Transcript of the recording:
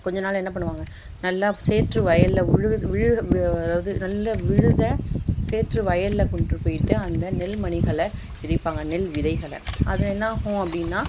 கொஞ்சம் நாள் என்ன பண்ணுவாங்க நல்லா சேற்று வயலில் உழுது விழுவுற அதாவது நல்லா உழுத சேற்று வயலில் கொண்டுட்ரு போய்ட்டு அந்த நெல் மணிகளை பிரிப்பாங்க நெல் விதைகளை அது என்னாகும் அப்படின்னா